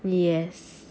yes